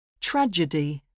Tragedy